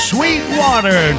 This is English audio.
Sweetwater